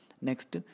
Next